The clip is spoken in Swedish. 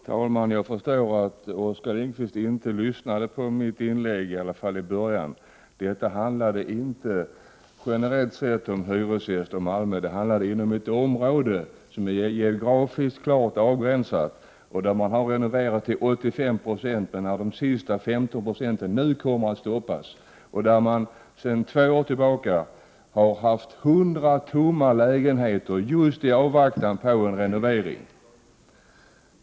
Herr talman! Jag förstår att Oskar Lindkvist inte lyssnade på mitt inlägg, åtminstone inte i början. Det handlar inte generellt sett om hyresgäster i Malmö, utan om ett område som är geografiskt klart avgränsat, där 85 96 av bostadsbeståndet har renoverats men där renoveringen av återstående 15 90 kommer att stoppas. Sedan två år tillbaka står 100 lägenheter tomma där, just i avvaktan på en renovering.